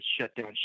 shutdown